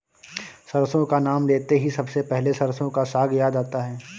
सरसों का नाम लेते ही सबसे पहले सरसों का साग याद आता है